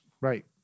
Right